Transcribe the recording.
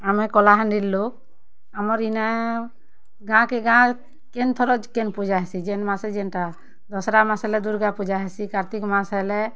ଆମେ କଲାହାଣ୍ଡିର୍ ଲୋକ୍ ଆମର୍ ଇନେ ଗାଁକେ ଗାଁ କେନ୍ ଥର କେନ୍ ପୂଜା ହେସି ଯେନ୍ ମାସେ ଯେନଟା ଦଶରା ମାସ୍ ହେଲେ ଦୁର୍ଗା ପୂଜା ହେସି କାର୍ତ୍ତିକ୍ ମାସ୍ ହେଲେ